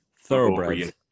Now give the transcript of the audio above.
thoroughbreds